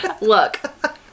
Look